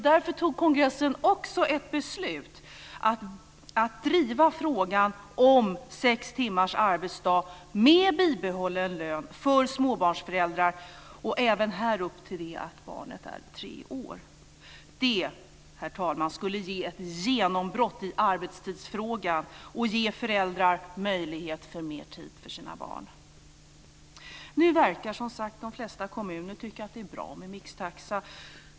Därför fattade kongressen också ett beslut om att man ska driva frågan om sex timmars arbetsdag med bibehållen lön för småbarnsföräldrar. Även här gäller det till dess att barnet är tre år. Det, herr talman, skulle innebära ett genombrott i arbetstidsfrågan och ge föräldrar möjlighet till mer tid för sina barn. Nu verkar, som sagt, de flesta kommuner tycka att det är bra med mixtaxa.